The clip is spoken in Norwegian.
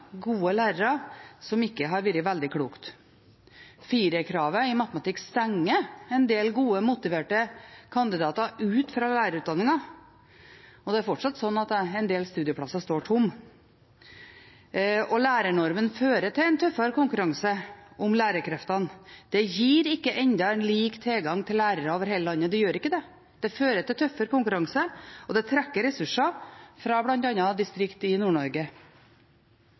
gode lærere, som ikke har vært veldig klokt. Firerkravet i matematikk stenger en del gode, motiverte kandidater ute fra lærerutdanningen, og det er fortsatt slik at en del studieplasser står tomme. Lærernormen fører til en tøffere konkurranse om lærerkreftene. Den gir ennå ikke lik tilgang til lærere over hele landet. Den fører til tøffere konkurranse, og den trekker ressurser fra bl.a. distrikter i